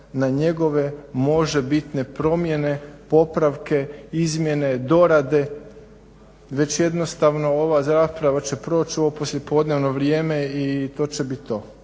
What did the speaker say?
na njegove možebitne promjene, popravke, izmjene, dorade već jednostavno ova rasprava će proć' u ovo poslijepodnevno vrijeme i to će bit to.